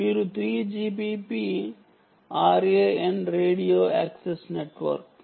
మీరు 3GPP RAN radio access నెట్వర్క్కు